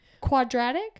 quadratic